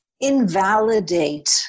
invalidate